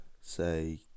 say